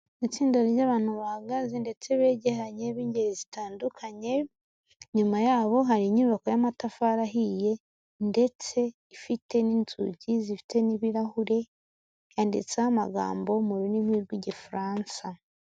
Itsinda ry'abantu bahagaze ndetse begeranye b'ingeri zitandukanye, inyuma yabo hari inyubako y'amatafari ahiye ndetse ifite n'inzugi zifite n'ibirahure, yanditseho amagambo mu rurimi rw'Igifaransa.